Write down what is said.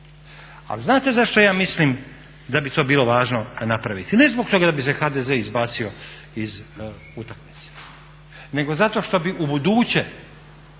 Ali znate zašto ja mislim da bi to bilo važno napraviti? Ne zbog toga da bi se HDZ izbacio iz utakmice nego zato što bi ubuduće